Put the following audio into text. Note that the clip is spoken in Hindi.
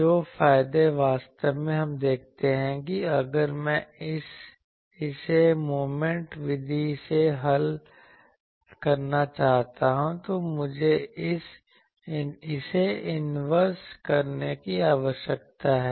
जो फायदे वास्तव में हम देखते हैं अगर मैं इसे मोमेंट विधि से हल करना चाहता हूं तो मुझे इसे इन्वर्स करने की आवश्यकता है